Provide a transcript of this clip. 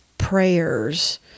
Prayers